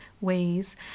ways